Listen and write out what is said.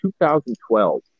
2012